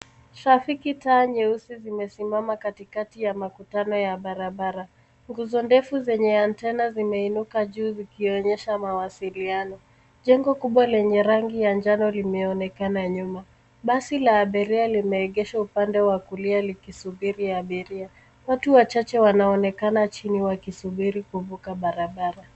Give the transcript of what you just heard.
Trafiki taa nyeusi nyeusi zimesimama katikati ya makutano ya barabara. Nguzo ndefu zenye antena zimeinuka juu zikionyesha mawasiliano. Nyuma kuna jengo kubwa la rangi ya manjano. Basi la abiria limeegeshwa upande wa kulia likisubiri abiria. Watu wachache wanaonekana chini wakisubiri kuvuka barabara.